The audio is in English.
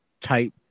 type